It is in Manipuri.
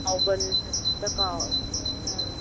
ꯀꯥꯎꯒꯟꯕꯅꯤꯅ ꯍꯦꯛꯇ ꯀꯥꯎꯋꯦ ꯎꯝ